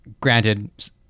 granted